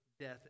death